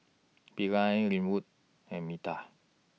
Bilal Linwood and Metta